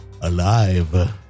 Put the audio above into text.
alive